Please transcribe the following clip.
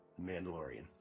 Mandalorian